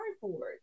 cardboard